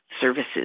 services